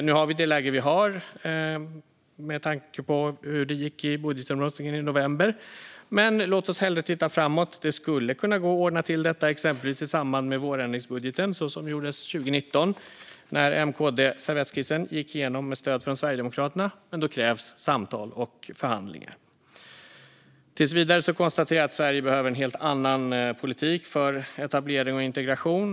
Nu har vi det läge vi har med tanke på hur det gick i budgetomröstningen i november, men låt oss hellre titta framåt - det skulle kunna gå att ordna till detta exempelvis i samband med vårändringsbudgeten, så som gjordes 2019 när M-KD-servettskissen gick igenom med stöd från Sverigedemokraterna. Men då krävs samtal och förhandlingar. Tills vidare konstaterar jag att Sverige behöver en helt annan politik för etablering och integration.